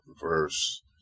verse